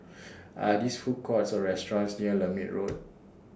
Are These Food Courts Or restaurants near Lermit Road